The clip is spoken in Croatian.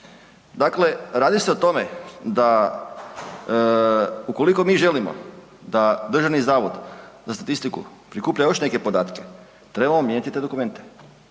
Dakle, radi se o tome da ukoliko mi želimo da DZS prikuplja još neke podatke, trebamo mijenjati te dokumente